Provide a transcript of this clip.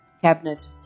cabinet